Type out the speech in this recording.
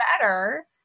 better